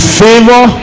favor